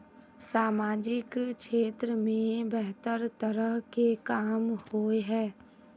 सामाजिक क्षेत्र में बेहतर तरह के काम होय है?